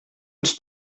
ens